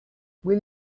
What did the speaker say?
will